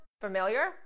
familiar